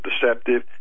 deceptive